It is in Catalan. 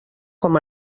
com